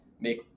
make